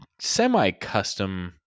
semi-custom